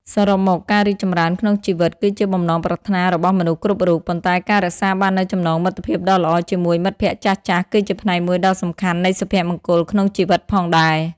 សរុបមក ការរីកចម្រើនក្នុងជីវិតគឺជាបំណងប្រាថ្នារបស់មនុស្សគ្រប់រូប ប៉ុន្តែការរក្សាបាននូវចំណងមិត្តភាពដ៏ល្អជាមួយមិត្តភក្តិចាស់ៗ ក៏ជាផ្នែកមួយដ៏សំខាន់នៃសុភមង្គលក្នុងជីវិតផងដែរ។